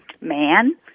Man